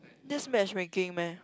that's matchmaking meh